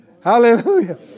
Hallelujah